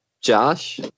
Josh